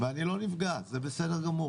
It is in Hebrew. ואני לא נפגע, זה בסדר גמור.